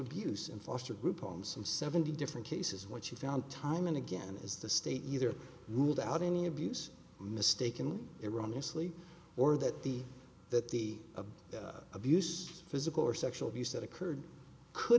abuse in foster group homes some seventy different cases what she found time and again is the state either ruled out any abuse mistakenly iranian sleep or that the that the of abuse physical or sexual abuse that occurred could